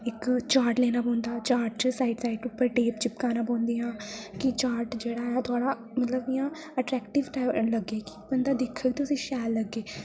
इक चार्ट लैना पौंदा चार्ट च साइड साइड उप्पर टेप चमकाना पौंदियां की चार्ट जेह्ड़ा ऐ थोह्ड़ा मतलब कि इ'यां अट्रैक्टिव लग्गे की बंदा दिखग ते उसी शैल लग्गे